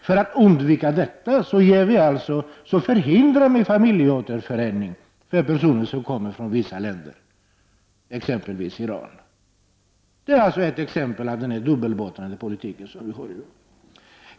För att undvika detta förhindras alltså familjer att återförenas för personer som kommer från vissa länder, t.ex. Iran. Det är ett exempel på den dubbelbottnade politik vi för dag.